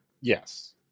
Yes